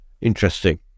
Interesting